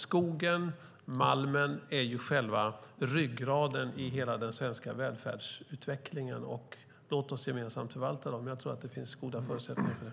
Skogen och malmen är själva ryggraden i den svenska välfärdsutvecklingen. Låt oss därför gemensamt förvalta dem. Jag tror att det finns goda förutsättningar för det.